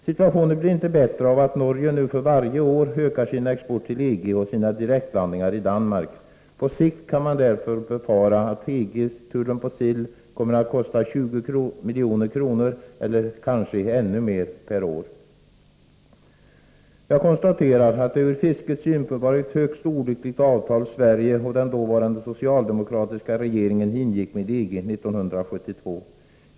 Situationen blir inte bättre av att Norge nu för varje år ökar sin export till EG och sina direktlandningar i Danmark. På sikt kan man därför befara att EG-tullen på sill kommer att kosta 20 milj.kr. eller kanske ännu mer per år. Jag konstaterar att det ur fiskets synpunkt var ett högst olyckligt avtal Sverige och den dåvarande socialdemokratiska regeringen ingick med EG 1972.